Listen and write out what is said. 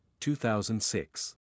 2006